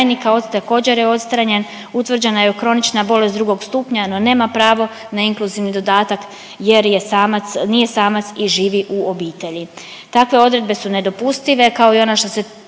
odredbe su nedopustive kao i ona što se